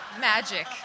Magic